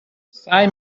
سعی